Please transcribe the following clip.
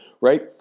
right